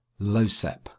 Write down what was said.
LOSEP